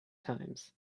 times